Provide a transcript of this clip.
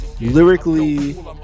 lyrically